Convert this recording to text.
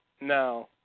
no